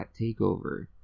TakeOver